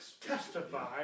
testify